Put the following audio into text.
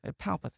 Palpatine